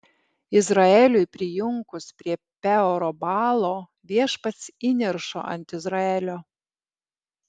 izraeliui prijunkus prie peoro baalo viešpats įniršo ant izraelio